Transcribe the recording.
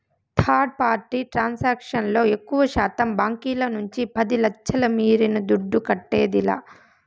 third party transaction లో ఎక్కువశాతం బాంకీల నుంచి పది లచ్ఛల మీరిన దుడ్డు కట్టేదిలా